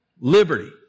liberty